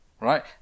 right